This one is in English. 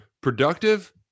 productive